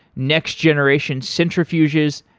next-generation centrifuges.